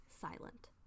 silent